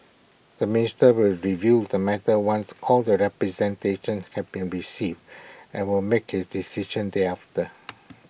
the minister will review the matter once all the representations have been received and will make his decisions thereafter